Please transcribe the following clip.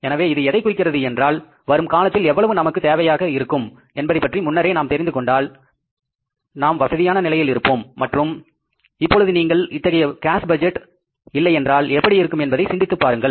எனவே இது எதைக் குறிக்கிறது என்றால் வரும் காலத்தில் எவ்வளவு நமக்கு தேவையாக இருக்கும் என்பதை பற்றி முன்னரே நாம் தெரிந்து கொண்டால் நான் வசதியான நிலையில் இருப்போம் மற்றும் இப்பொழுது நீங்கள் இத்தகைய கேஸ்பட்ஜெட் இல்லை என்றால் எப்படி இருக்கும் என்பதை சிந்தித்துப் பாருங்கள்